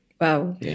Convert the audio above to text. Wow